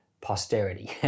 posterity